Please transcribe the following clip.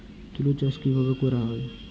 তুলো চাষ কিভাবে করা হয়?